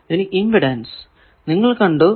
ഇനി ഇമ്പിഡൻസ് നിങ്ങൾ കണ്ടു